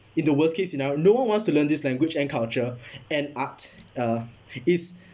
in the worst case scenario no one wants to learn this language and culture and art uh is